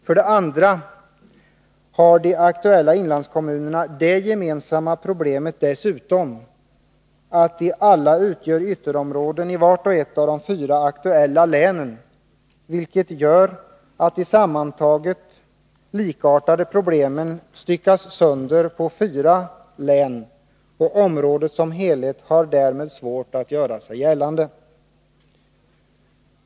För det andra har de aktuella inlandskommunerna det gemensamma problemet dessutom, att de alla utgör ytterområden i vart och ett av de fyra aktuella länen, vilket gör att de sammantaget likartade problemen styckas sönder på fyra län, och området som helhet har därmed svårt att göra sig gällande.